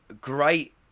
great